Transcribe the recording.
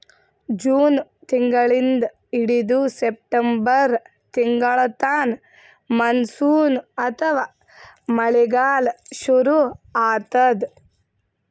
June ತಿಂಗಳಿಂದ್ ಹಿಡದು September ತಿಂಗಳ್ತನಾ ಮಾನ್ಸೂನ್ ಅಥವಾ ಮಳಿಗಾಲ್ ಶುರು ಆತದ್